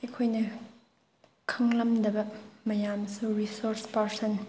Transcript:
ꯑꯩꯈꯣꯏꯅ ꯈꯪꯂꯝꯗꯕ ꯃꯌꯥꯝꯁꯨ ꯔꯤꯁꯣꯔꯁ ꯄꯥꯔꯁꯟ